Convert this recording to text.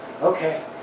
Okay